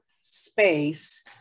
space